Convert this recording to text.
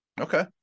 Okay